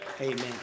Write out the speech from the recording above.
Amen